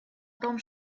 том